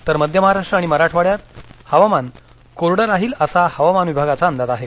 तर मध्य महाराष्ट्र आणि मराठवाङ्यात हवामान कोरड राहील असा हवामान विभागाचा अंदाज आहे